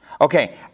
okay